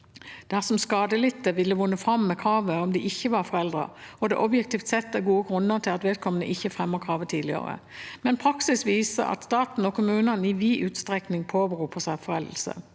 dersom skadelidte ville vunnet fram med kravet om det ikke var foreldet og det objektivt sett er gode grunner til at vedkommende ikke fremmet kravet tidligere. Men praksis viser at staten og kommunene i vid utstrekning påberoper seg foreldelse.